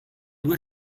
due